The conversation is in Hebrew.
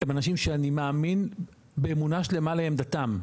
הם אנשים שאני מאמין באמונה שלמה לעמדתם.